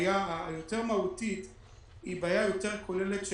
שהבעיה היותר מהותית היא בעיה יותר כוללת,